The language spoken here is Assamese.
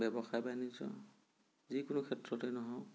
ব্যৱসায় বাণিজ্য যিকোনো ক্ষেত্ৰতে নহওঁক